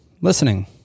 listening